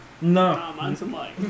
No